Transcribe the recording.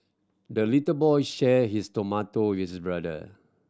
the little boy shared his tomato with brother